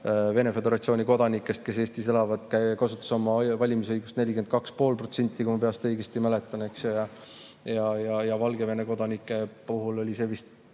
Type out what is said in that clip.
Venemaa Föderatsiooni kodanikest, kes Eestis elavad, kasutas oma valimisõigust 42,5%, kui ma peast öeldes õigesti mäletan. Valgevene kodanike puhul oli see arv